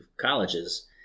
colleges